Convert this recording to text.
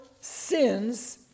sins